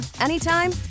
anytime